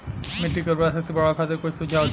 मिट्टी के उर्वरा शक्ति बढ़ावे खातिर कुछ सुझाव दी?